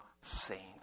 saints